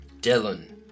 Dylan